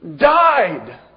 died